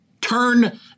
turn